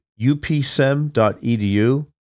upsem.edu